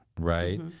right